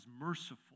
merciful